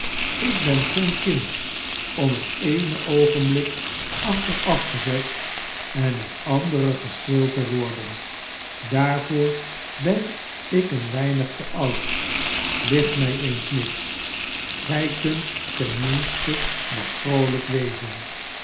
ik ben geen kind om het eene oogenblik achterafgezet en het andere gestreeld te worden daarvoor ben ik een weinig te oud licht mij eens miggs gij kunt ten minste nog vroolijk wezen